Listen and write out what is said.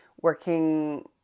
working